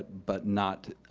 but not